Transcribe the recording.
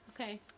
Okay